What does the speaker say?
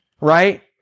Right